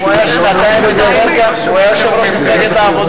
הנושא שלשמו אנחנו מתכנסים ומדברים כעת